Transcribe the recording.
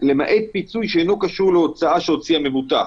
למעט פיצוי שאינו קשור להוצאה שהוציא המבוטח.